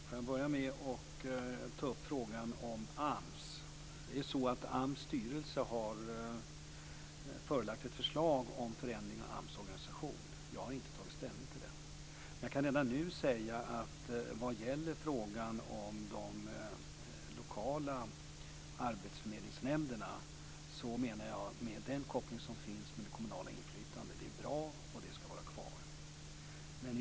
Herr talman! Jag vill börja med att ta upp frågan om AMS. Det är ju så att AMS styrelse har lagt fram ett förslag om ändring av AMS organisation. Jag har inte tagit ställning till det. Men jag kan redan nu säga vad gäller frågan om de lokala arbetsförmedlingsnämnderna att jag menar att den koppling som nu finns med det kommunala inflytandet är bra och ska vara kvar.